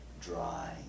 dry